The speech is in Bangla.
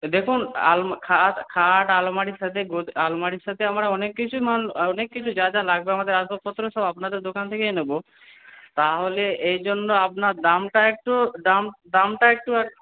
দেখুন খাট খাট আলমারির সাথে আলমারির সাথে আমরা অনেক কিছুই মাল অনেক কিছু যা যা লাগবে আমাদের আসবাবপত্র সব আপনাদের দোকান থেকেই নেব তাহলে এই জন্য আপনার দামটা একটু দাম দামটা একটু